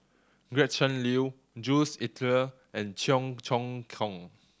Gretchen Liu Jules Itier and Cheong Choong Kong